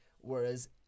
whereas